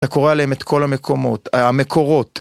אתה קורא עליהם את כל המקומות... המקורות.